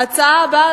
ההצעה הבאה,